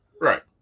right